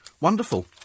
wonderful